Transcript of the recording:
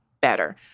better